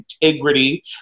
integrity